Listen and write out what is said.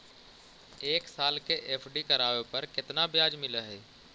एक साल के एफ.डी करावे पर केतना ब्याज मिलऽ हइ?